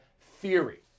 theory